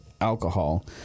alcohol